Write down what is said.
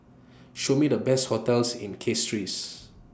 Show Me The Best hotels in Castries